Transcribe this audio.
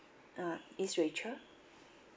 ah it's rachel